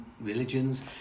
religions